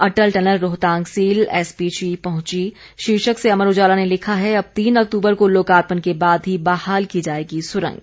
अटल tunnel Rohtang seal SPG पहुंची शीर्षक से अमर उजाला ने लिखा है अब तीन अक्तूबर को लोकार्पण के बाद ही बहाल की जाएगी सुरंग